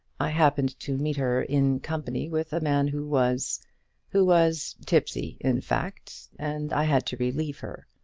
i happened to meet her in company with a man who was who was tipsy, in fact, and i had to relieve her.